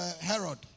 Herod